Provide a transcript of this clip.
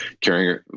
carrying